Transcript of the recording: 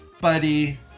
buddy